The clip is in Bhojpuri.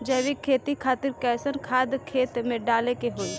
जैविक खेती खातिर कैसन खाद खेत मे डाले के होई?